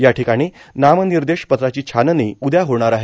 या ठिकाणी नामनिर्देश पत्राची छाननी उद्या होणार आहे